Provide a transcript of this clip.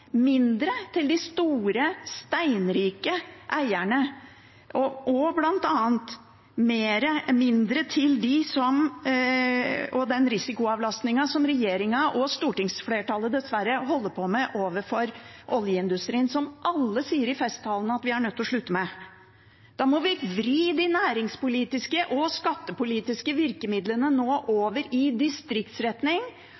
mindre til de store, steinrike eierne og bl.a. mindre til den risikoavlastningen som regjeringen og stortingsflertallet dessverre holder på med overfor oljeindustrien, som alle sier i festtalene at vi er nødt til å slutte med. Da må vi vri de næringspolitiske og skattepolitiske virkemidlene